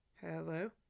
Hello